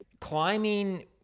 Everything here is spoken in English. climbing